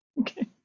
okay